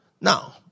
Now